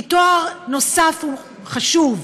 כי תואר נוסף הוא חשוב,